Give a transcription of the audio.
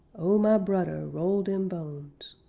oh my brudder, roll dem bones!